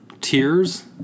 tiers